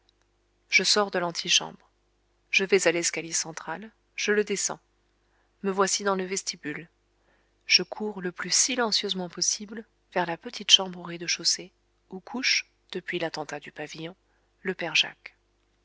je sors de l'antichambre je vais à l'escalier central je le descends me voici dans le vestibule je cours le plus silencieusement possible vers la petite chambre au rez-dechaussée où couche depuis l'attentat du pavillon le père jacques